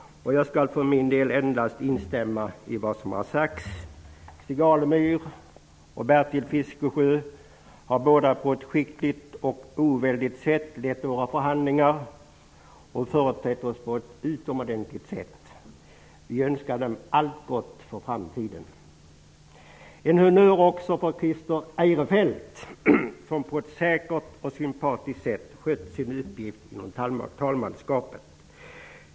Jag skall för min del endast instämma i vad som har sagts. Stig Alemyr och Bertil Fiskesjö har båda på ett skickligt och oväldigt sätt lett våra förhandlingar och företrätt oss på ett utomordentligt sätt. Vi önskar dem allt gott för framtiden. En honnör till Christer Eirefelt, som på ett säkert och sympatiskt sätt skött sin uppgift i talmansskapet. Fru talman!